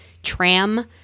Tram